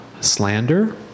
Slander